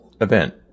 event